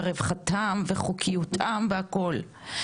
ורווחתם וחוקיותם והכל.